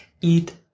eat